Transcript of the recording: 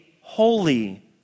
holy